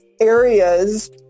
areas